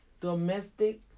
Domestic